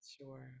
Sure